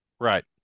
Right